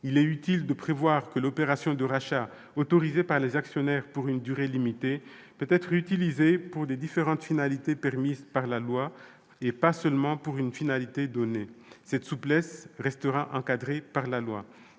il est bon de prévoir que l'opération de rachat, autorisée par les actionnaires pour une durée limitée, peut être utilisée pour les différentes finalités permises par la loi, et pas seulement pour une finalité donnée. Cette souplesse restera encadrée par la loi.